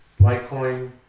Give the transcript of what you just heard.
Litecoin